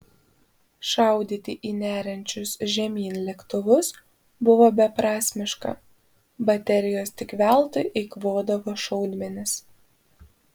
šaudyti į neriančius žemyn lėktuvus buvo beprasmiška baterijos tik veltui eikvodavo šaudmenis